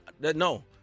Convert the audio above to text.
no